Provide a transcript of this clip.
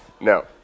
No